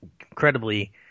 incredibly